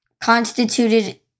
constituted